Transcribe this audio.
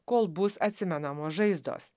kol bus atsimenamos žaizdos